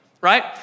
right